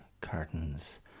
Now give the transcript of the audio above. curtains